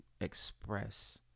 express